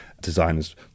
designers